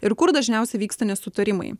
ir kur dažniausiai vyksta nesutarimai